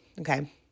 Okay